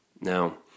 Now